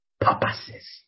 purposes